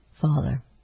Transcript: Father